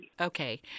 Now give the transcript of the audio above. Okay